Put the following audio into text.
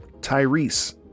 tyrese